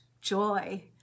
joy